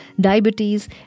diabetes